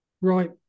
Right